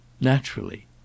Naturally